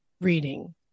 reading